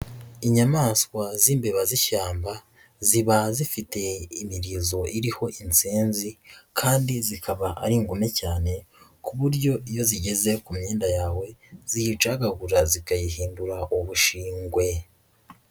Inyamaswa z'imbeba z'ishyamba ziba zifite imirizo iriho inzenzi, kandi zikaba ari ingome cyane, ku buryo iyo zigeze ku myenda yawe ziyicagagura zikayihindura ubushingwe.